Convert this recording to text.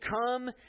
come